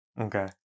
Okay